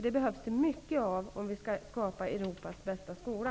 Det behövs det mycket av om vi skall skapa Europas bästa skola.